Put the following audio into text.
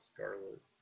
Scarlet